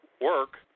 work